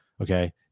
Okay